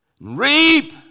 reap